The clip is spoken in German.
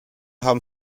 haben